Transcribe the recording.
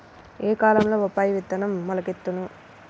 ఏ కాలంలో బొప్పాయి విత్తనం మొలకెత్తును?